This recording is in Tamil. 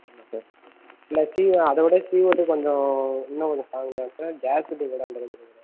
ஆமாம் சார் இந்த சி ஓ அதுவொட சி ஒட்டு கொஞ்சம் இன்னும் கொஞ்சம் ஸ்ட்ராங் தான் சார் கேஸ் வெல்டிங் கூட அந்தளவுக்கு இது கிடையாது